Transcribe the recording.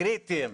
הקריטיים.